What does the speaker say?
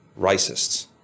racists